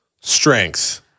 strength